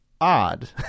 odd